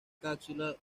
cápsula